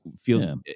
feels